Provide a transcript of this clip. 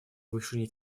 повышение